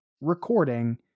recording